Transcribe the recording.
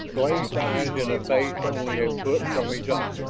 glazed eyes in a face only a foot from his own,